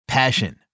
Passion